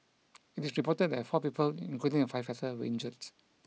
it is reported that four people including the firefighter were injured